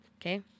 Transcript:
Okay